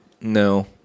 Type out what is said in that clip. No